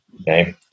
Okay